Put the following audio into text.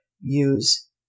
use